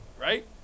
Right